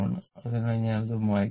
അതിനാൽ ഞാൻ അത് മായ്ക്കട്ടെ